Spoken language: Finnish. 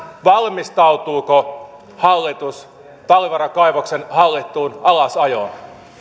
valmistautuuko hallitus talvivaaran kaivoksen hallittuun alasajoon